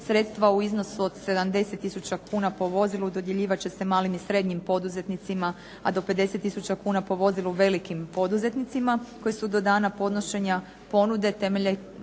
Sredstva u iznosu od 70 tisuća kuna po vozilu dodjeljivat će se malim i srednjim poduzetnicima a do 50 tisuća kuna po vozilu velikim poduzetnicima koji su do dana podnošenja ponude temeljem